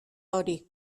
hori